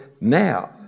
now